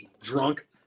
drunk